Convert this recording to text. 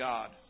God